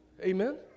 amen